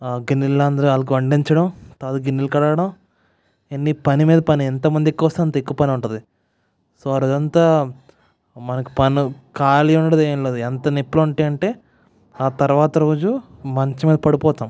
గిన్నెలో వాళ్ళందరికీ వడ్డించడం ఆ తర్వాత గిన్నెలు కడగడం పని మీద పని ఎంత మంది ఎక్కువ వస్తే అంత ఎక్కువ పని ఉంటుంది ఆ రోజంతా మనకు ఖాళీ ఉండదు ఏమీ ఉండదు ఎంత ఎక్కువ నొప్పులు ఉంటాయంటే ఆ తర్వాత రోజు మంచం మీద పడిపోతాం